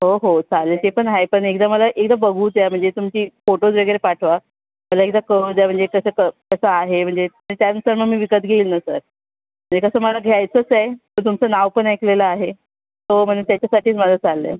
हो हो चालेल ते पण आहे पण एकदा मला एकदा बघू द्या म्हणजे तुमची फोटोज वगैरे पाठवा मला एकदा कळू द्या म्हणजे कसं कं कसं आहे म्हणजे त्यानंतर मग मी विकत घेईल ना सर म्हणजे कसं मला घ्यायचंच आहे तर तुमचं नाव पण ऐकलेलं आहे हो म्हणून त्याच्यासाठीच माझं चाललं आहे